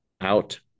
out